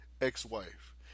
ex-wife